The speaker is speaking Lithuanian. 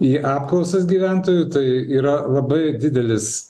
į apklausas gyventojų tai yra labai didelis